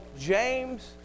James